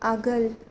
आगोल